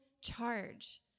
charge